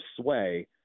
sway